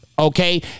Okay